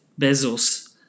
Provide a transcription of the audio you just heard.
Bezos